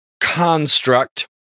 construct